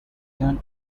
done